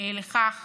לכך